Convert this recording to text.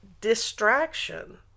distraction